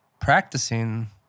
practicing